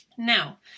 Now